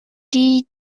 dee